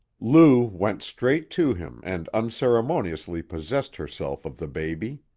lou went straight to him and unceremoniously possessed herself of the baby.